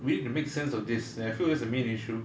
we need to make sense of this and I feel that's the main issue